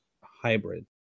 hybrid